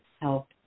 Help